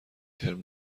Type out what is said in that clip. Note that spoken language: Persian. ترم